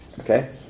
Okay